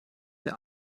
der